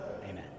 amen